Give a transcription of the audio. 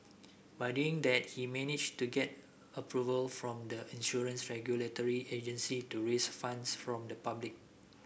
by doing that he managed to get approval from the insurance regulatory agency to raise funds from the public